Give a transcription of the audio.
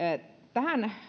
tähän